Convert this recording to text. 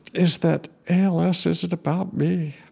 is that als isn't about me.